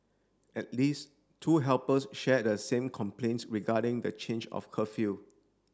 at least two helpers share the same complaint regarding the change of curfew